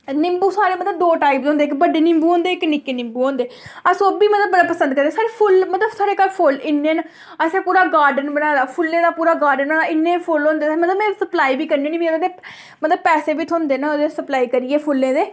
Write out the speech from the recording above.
नींबू साढ़े मतलब दो टाइप दे होंदे इक बड्डे नींबू होंदे इक नि'क्के नींबू होंदे अस ओह्बी मतलब बड़े पसंद करदे साढ़े फुल्ल मतलब साढ़े घर फुल्ल इ'न्ने न असें पूरा गॉर्डन बनाए दा फुल्लें दा पूरा गॉर्डन बनाये दा इ'न्ने फुल्ल होंदे मतलब में सप्लाई बी करनी होनी मतलब पैसे बी थ्होंदे न ओह्दे सप्लाई करिये फुल्लें दे